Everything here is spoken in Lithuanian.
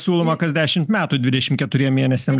siūloma kas dešimt metų dvidešimt keturiem mėnesiam